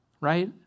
right